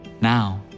Now